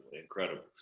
Incredible